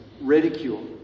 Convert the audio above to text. ridicule